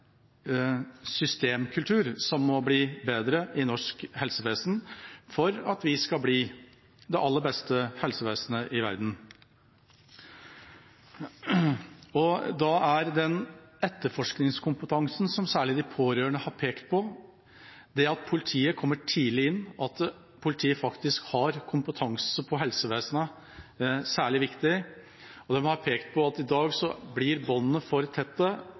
systemkultur som må bli bedre i norsk helsevesen for at det skal bli det aller beste helsevesenet i verden. Da er den etterforskningskompetansen som særlig de pårørende har pekt på – at politiet kommer tidlig inn, og at politiet faktisk har kompetanse på helsevesenet – særlig viktig. De har pekt på at i dag blir båndene for tette